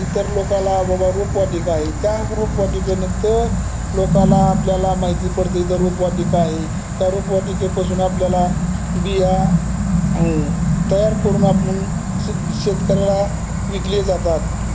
इतर लोकाला बाबा रोपवाटिका आहे त्या रोपवाटिकेनंतर लोकाला आपल्याला माहिती पडते इथं रोपवाटिका आहे त्या रोपवाटिकेपासून आपल्याला बिया तयार करून आपण श शेतकऱ्याला विकले जातात